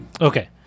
Okay